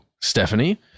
Stephanie